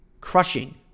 crushing